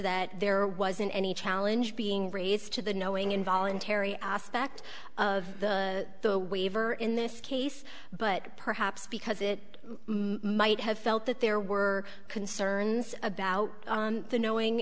that there wasn't any challenge being raised to the knowing involuntary aspect of the waiver in this case but perhaps because it might have felt that there were concerns about the knowing